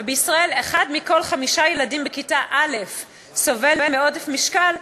ובישראל אחד מכל חמישה ילדים בכיתה א' סובל מעודף משקל,